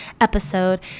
episode